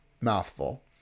mouthful